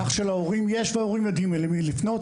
כך שההורים יודעים למי לפנות.